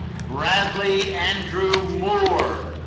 bradley andrew moore.